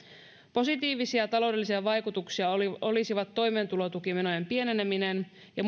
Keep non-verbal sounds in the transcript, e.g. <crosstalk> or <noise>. positiivisia taloudellisia vaikutuksia olisivat toimeentulotukimenojen pieneneminen ja <unintelligible>